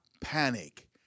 panic